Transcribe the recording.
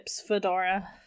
Fedora